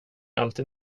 alltid